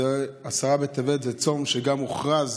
עשרה בטבת זה צום שגם הוכרז